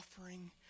offering